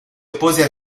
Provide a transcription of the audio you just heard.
oppose